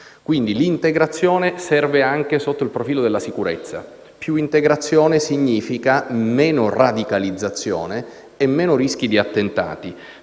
Quindi, l'integrazione serve anche sotto il profilo della sicurezza: più integrazione significa meno radicalizzazione e meno rischi di attentati.